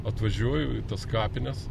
atvažiuoju į tas kapines